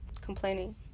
complaining